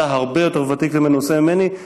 אתה הרבה יותר ותיק ומנוסה ממני,